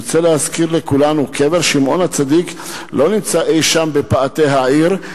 אני רוצה להזכיר לכולנו: קבר שמעון הצדיק לא נמצא אי שם בפאתי העיר,